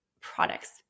products